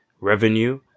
revenue